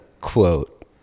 quote